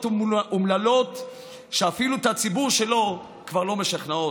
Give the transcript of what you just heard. אומללות שאפילו את הציבור שלו כבר לא משכנעות.